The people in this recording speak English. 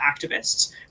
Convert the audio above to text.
activists